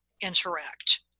interact